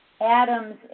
Adams